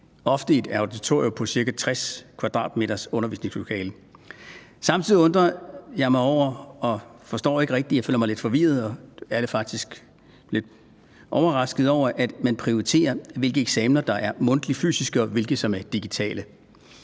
ofte i et auditorium eller undervisningslokale på ca. 60 m². Samtidig undrer jeg mig over, og jeg forstår det ikke rigtig – jeg føler mig lidt forvirret og er lidt overrasket over det – at man prioriterer, hvilke eksamener der er mundtlige og fysiske, og hvilke som er digitale.